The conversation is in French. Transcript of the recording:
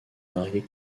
marié